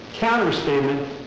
counterstatement